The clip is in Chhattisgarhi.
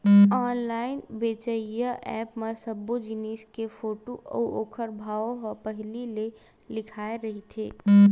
ऑनलाइन बेचइया ऐप म सब्बो जिनिस के फोटू अउ ओखर भाव ह पहिली ले लिखाए रहिथे